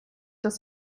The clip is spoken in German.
das